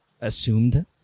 assumed